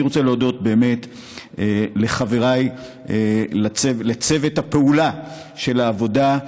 אני רוצה להודות לחבריי, לצוות הפעולה של העבודה: